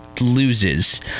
loses